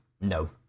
no